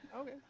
okay